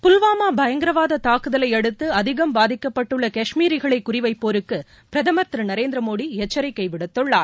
புல்வாமா பயங்கரவாத தாக்குதலையடுத்து அதிகம் பாதிக்கப்பட்டுள்ள கஷ்மீரிகளை குறி வைப்போருக்கு பிரதமர் திரு நரேந்திரமோடி எச்சிக்கை விடுத்துள்ளார்